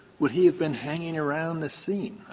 would he have been hanging around the scene?